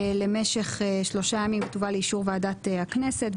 למשך שלושה ימים ותובא לאישור ועדת הכנסת,